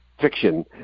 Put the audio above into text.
fiction